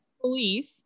police